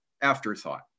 afterthought